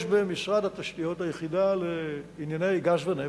יש במשרד התשתיות היחידה לענייני גז ונפט.